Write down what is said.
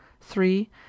Three